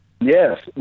Yes